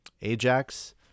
Ajax